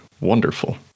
wonderful